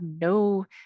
no